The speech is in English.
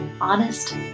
Honest